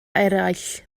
eraill